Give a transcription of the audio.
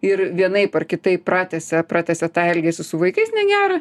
ir vienaip ar kitaip pratęsia pratęsia tą elgesį su vaikais negerą